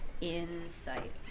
insight